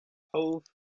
hove